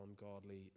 ungodly